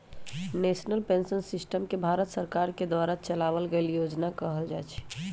national pension system के भारत सरकार के द्वारा चलावल गइल योजना कहल जा हई